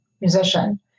musician